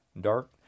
Dark